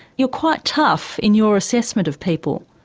you're quite tough in your assessment of people.